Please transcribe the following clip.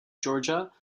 georgia